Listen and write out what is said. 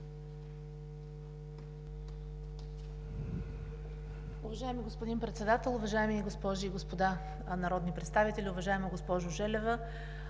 Уважаеми господин Председател, уважаеми госпожи и господа народни представители! Уважаеми господин Гьоков,